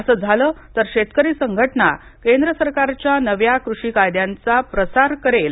असं झालं तर शेतकरी संघटना केंद्र सरकारच्या नव्या कृषी कायद्यांचा प्रसार करेल